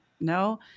No